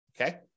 okay